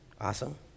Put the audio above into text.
Awesome